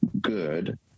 good